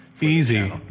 Easy